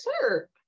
sir